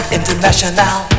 International